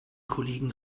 kollegen